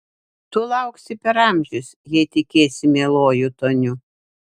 tu lauksi per amžius jei tikėsi mieluoju toniu